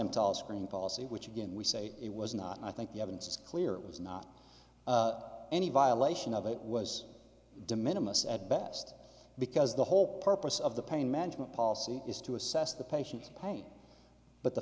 telescreen policy which again we say it was not and i think you have it's clear it was not any violation of it was de minimus at best because the whole purpose of the pain management policy is to assess the patient pain but the